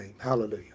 Hallelujah